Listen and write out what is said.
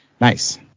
nice